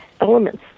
elements